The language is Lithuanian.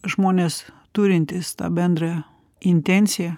žmonės turintys tą bendrą intenciją